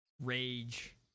rage